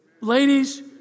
Ladies